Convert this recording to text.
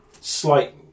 slight